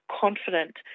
confident